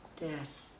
Yes